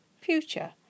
future